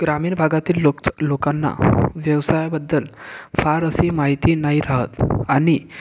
ग्रामीण भागातील लोक लोकांना व्यवसायाबद्दल फार अशी माहिती नाही राहत आणि